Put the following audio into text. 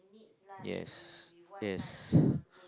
yes yes